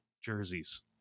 jerseys